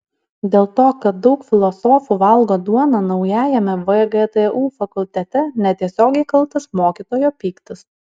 dėl to kad daug filosofų valgo duoną naujajame vgtu fakultete netiesiogiai kaltas mokytojo pyktis